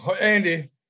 Andy